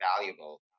valuable